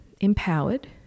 empowered